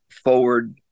forward